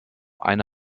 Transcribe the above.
eine